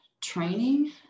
training